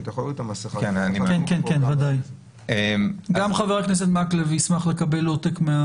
גם חבר הכנסת מקלב ישמח לקבל עותק.